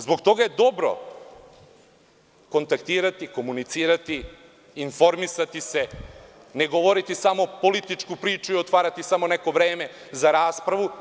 Zbog toga je dobro kontaktirati, komunicirati, informisati se, ne govoriti samo političku priču i otvarati samo neko vreme za raspravu.